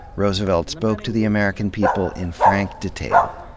roosevelt spoke to the american people in frank detail,